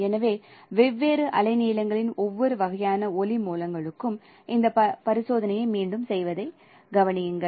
எனவே வெவ்வேறு அலைநீளங்களின் ஒவ்வொரு வகையான ஒளி மூலங்களுக்கும் இந்த பரிசோதனையை மீண்டும் செய்வதைக் கவனியுங்கள்